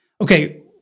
Okay